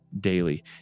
daily